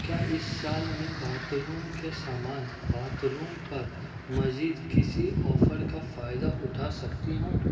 کیا اس سال میں بات روم کے سامان باتھ روم پر مزید کسی آفر کا فائدہ اٹھا سکتی ہوں